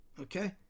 okay